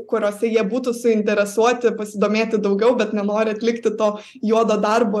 kuriose jie būtų suinteresuoti pasidomėti daugiau bet nenori atlikti to juodo darbo